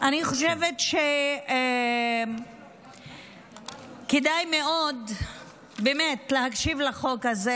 אני חושבת שבאמת כדאי מאוד להקשיב לחוק הזה.